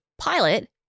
pilot